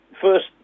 first